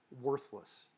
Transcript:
worthless